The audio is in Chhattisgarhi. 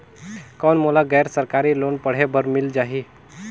कौन मोला गैर सरकारी लोन पढ़े बर मिल जाहि?